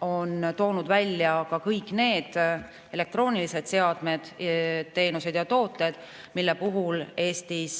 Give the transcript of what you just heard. on toonud välja kõik need elektroonilised seadmed, teenused ja tooted, mille puhul Eestis